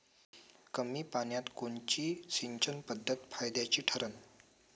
कमी पान्यात कोनची सिंचन पद्धत फायद्याची ठरन?